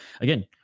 again